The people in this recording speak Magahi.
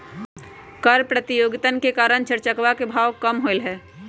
कर प्रतियोगितवन के कारण चर चकवा के भाव कम होलय है